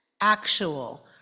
Actual